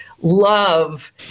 love